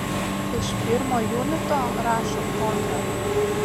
iš pirmo junito rašom kontrą